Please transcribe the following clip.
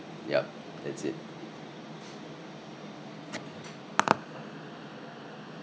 yup that's it